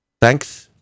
Thanks